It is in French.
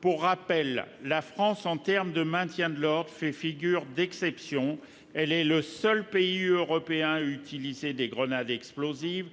Pour rappel, en termes de maintien de l'ordre, la France fait figure d'exception. Elle est le seul pays européen à utiliser des grenades explosives